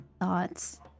thoughts